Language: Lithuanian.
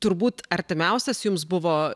turbūt artimiausias jums buvo